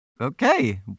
Okay